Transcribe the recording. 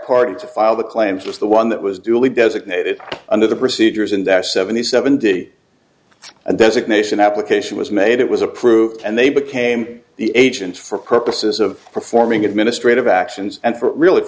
party to file the claims was the one that was duly designated under the procedures and that seventy seven days and designation application was made it was approved and they became the agents for purposes of performing administrative actions and for really